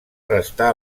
restar